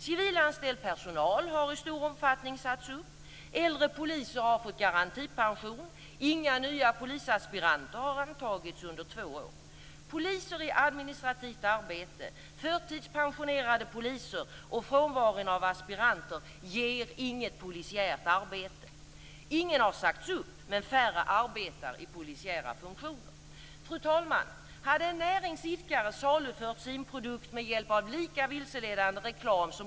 Civilanställd personal har i stor omfattning sagts upp. Äldre poliser har fått garantipension. Inga nya polisaspiranter har antagits under två år. Poliser i administrativt arbete, förtidspensionerade poliser och frånvaron av aspiranter ger inget polisiärt arbete. Ingen har sagts upp, men färre arbetar i polisiära funktioner.